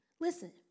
Listen